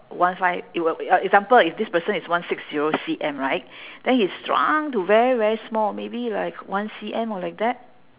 one five it will be uh example if this person is one six zero C_M right then he shrunk to very very small maybe like one C_M or like that